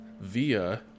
via